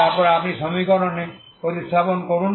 তারপর আপনি সমীকরণে প্রতিস্থাপন করুন